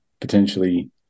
potentially